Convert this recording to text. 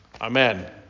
amen